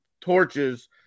torches